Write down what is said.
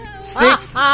six